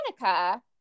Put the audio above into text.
Monica